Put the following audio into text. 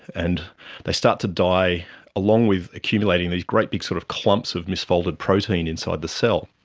and they start to die along with accumulating these great big sort of clumps of misfolded protein inside the cell.